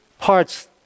parts